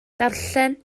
darllen